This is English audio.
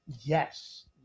Yes